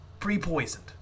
pre-poisoned